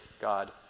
God